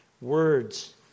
words